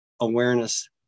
awareness